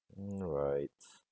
hmm right